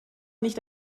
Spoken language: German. nicht